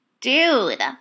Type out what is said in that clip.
Dude